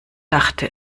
dachte